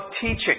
teaching